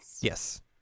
Yes